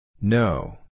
No